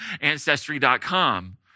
Ancestry.com